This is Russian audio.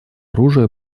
оружия